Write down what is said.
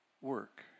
work